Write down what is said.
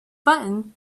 button